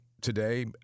today